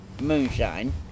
moonshine